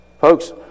Folks